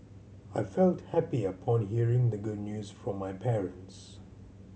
I felt happy upon hearing the good news from my parents